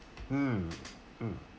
mm mm